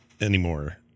anymore